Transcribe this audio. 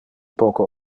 poco